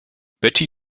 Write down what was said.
betty